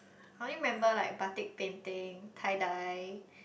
I only remember like Batik painting tie dye